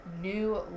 new